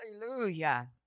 hallelujah